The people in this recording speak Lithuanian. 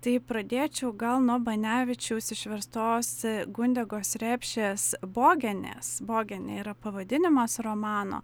tai pradėčiau gal nuo banevičiaus išverstos gundegos repšės bogenės bogenė yra pavadinimas romano